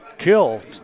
killed